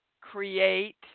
create